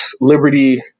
liberty